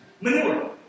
manure